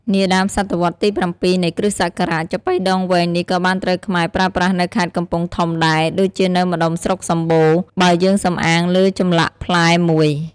នាដើមសតវត្សរ៍ទី៧ នៃគ្រិស្តសករាជ ចាប៉ីដងវែងនេះក៏បានត្រូវខ្មែរប្រើប្រាស់នៅខេត្តកំពង់ធំដែរ ដូចជានៅម្តុំស្រុកសម្បូរ បើយើងសំអាងលើចម្លាក់ផ្តែរមួយ។